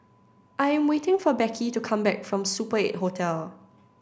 I am waiting for Beckie to come back from Super Eight Hotel